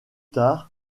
tard